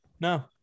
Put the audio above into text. No